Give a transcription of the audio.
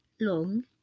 long